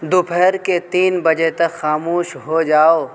دوپہر کے تین بجے تک خاموش ہو جاؤ